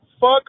fuck